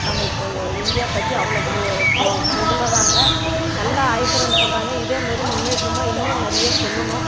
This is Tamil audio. நம்ம த இந்தியா பற்றி அவ்வளோ பு பு புகழுகிறாங்க நல்லா அபிப்ராயம் சொல்கிறாங்க இதேமாரி முன்னேற்றமாக இன்னும் நிறைய சொல்லணும்